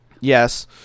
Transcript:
Yes